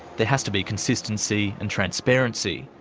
there has to be consistency and transparency,